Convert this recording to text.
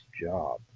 job